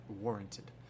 warranted